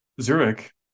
Zurich